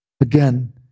Again